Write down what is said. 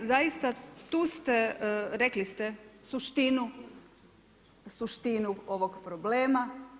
Zaista, tu ste, rekli ste suštinu ovog problema.